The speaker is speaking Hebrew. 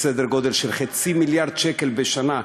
בסדר גודל של חצי מיליארד שקל בשנה,